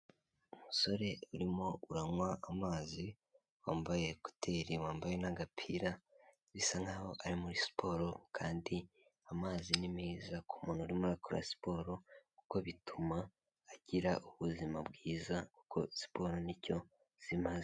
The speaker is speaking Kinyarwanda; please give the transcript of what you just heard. Umusore urimo uranywa amazi wambaye ekuteri, wambaye n'agapira bisa nkaho ari muri siporo, kandi amazi ni meza ku muntu urimo urakora siporo kuko bituma agira ubuzima bwiza kuko siporo nicyo zimaze.